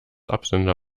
absender